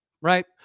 right